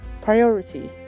Priority